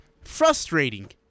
Frustrating